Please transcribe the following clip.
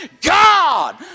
God